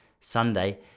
Sunday